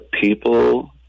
people